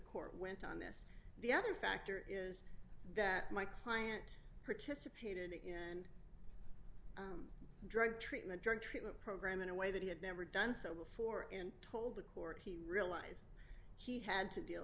court went on this the other factor is that my client participated in drug treatment drug treatment program in a way that he had never done so before and told the court he realized he had to deal